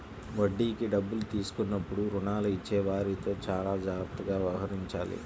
వడ్డీకి డబ్బులు తీసుకున్నప్పుడు రుణాలు ఇచ్చేవారితో చానా జాగ్రత్తగా వ్యవహరించాలి